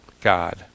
God